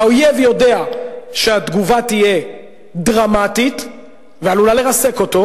האויב יודע שהתגובה תהיה דרמטית ועלולה לרסק אותו,